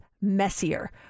messier